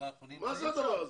מה זה הדבר הזה?